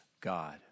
God